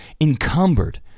encumbered